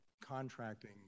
contracting